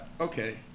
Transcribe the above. Okay